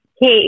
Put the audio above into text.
Hey